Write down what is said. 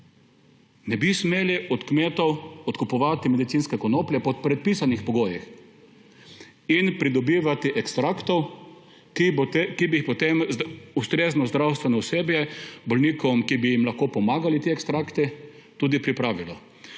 ne bi smeli od kmetov odkupovati medicinske konoplje pod predpisanimi pogoji in pridobivati ekstraktov, ki bi jih potem ustrezno zdravstveno osebje bolnikom, ki bi jim lahko pomagali ti ekstrakti, tudi pripravilo.